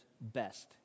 best